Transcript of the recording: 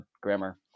grammar